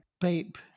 bape